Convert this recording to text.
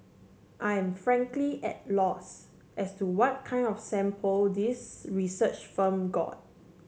I am frankly at loss as to what kind of sample this research firm got